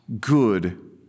good